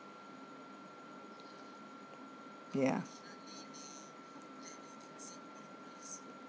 ya